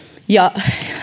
ja